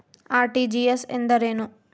RTGS ಎಂದರೇನು?